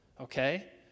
Okay